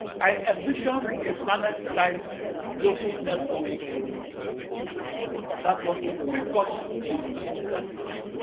i envisioned a planet-sized global network of computers that was the precursor to the internet.